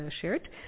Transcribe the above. shared